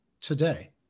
today